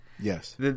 Yes